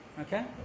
Okay